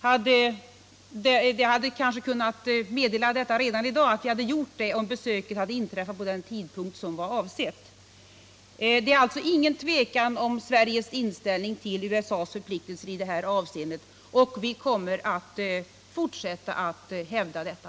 Jag kanske hade kunnat meddela redan i dag att vi gjort det, om besöket hade inträffat vid den tidpunkt som var avsedd. Det är alltså ingen tvekan om Sveriges inställning till USA:s förpliktelser i det här avseendet, och vi kommer att fortsätta att hävda denna.